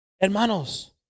Hermanos